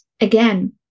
again